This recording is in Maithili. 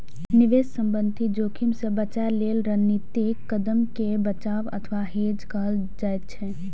निवेश संबंधी जोखिम सं बचय लेल रणनीतिक कदम कें बचाव अथवा हेज कहल जाइ छै